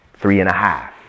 three-and-a-half